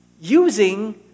using